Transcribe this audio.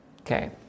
Okay